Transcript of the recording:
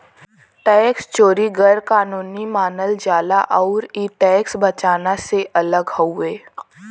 tax चोरी गैर कानूनी मानल जाला आउर इ टैक्स बचाना से अलग हउवे